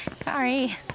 Sorry